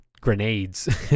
grenades